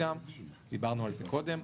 דיברנו על זה קודם.